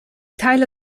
teile